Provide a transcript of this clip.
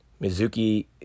Mizuki